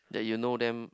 that you know them